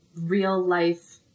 real-life